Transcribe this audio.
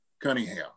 Cunningham